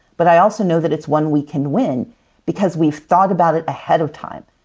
but i also know that it's one we can win because we've thought about it ahead of time.